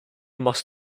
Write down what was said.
must